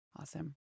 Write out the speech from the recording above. Awesome